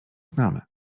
znamy